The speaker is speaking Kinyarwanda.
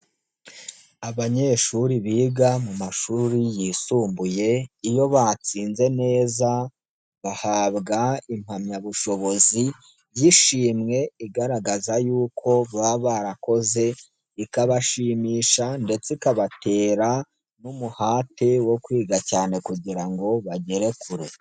Abanyeshuri biga mu mashuri yisumbuye, iyo batsinze neza bahabwa impamyabushobozi y'ishimwe igaragaza yuko baba barakoze ikabashimisha ndetse ikabatera n'umuhate wo kwiga cyane kugira ngo bagere kure.